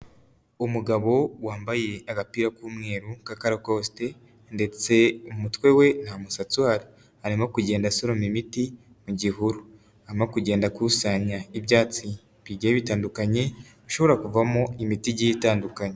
Umugabo wambaye agapira k'umweru k'akarakosite ndetse umutwe we nta musatsi uhari. Arimo kugenda asoroma imiti mu gihuru. Arimo kugenda akusanya ibyatsi bigiye bitandukanye bishobora kuvamo imiti igiye itandukanye.